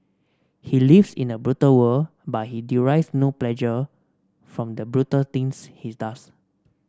he lives in a brutal world but he derives no pleasure from the brutal things he does